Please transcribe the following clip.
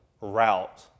route